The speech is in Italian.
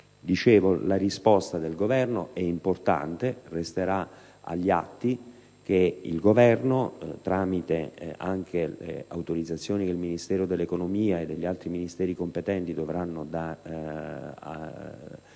aziende. La risposta del Governo è importante. Resterà agli atti che il Governo, tramite le autorizzazioni che il Ministero dell'economia e gli altri Ministeri competenti concederanno,